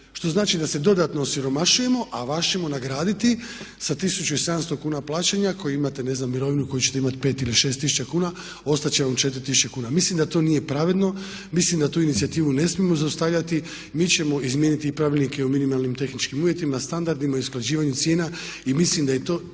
što znači da se dodatno osiromašujemo, a vas ćemo nagraditi sa 1700 kuna plaćanja koji imate recimo ne znam mirovinu koju ćete imati 5000 ili 6000 kuna ostat će vam 4000 kuna. Mislim da to nije pravedno, mislim da tu inicijativu ne smijemo zaustavljati. Mi ćemo izmijeniti pravilnike o minimalnim tehničkim uvjetima, standardima i usklađivanju cijena. Mislim da je to